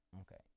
Okay